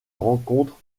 rencontre